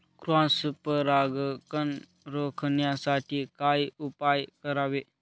Cross परागकण रोखण्यासाठी काय उपाय करावे?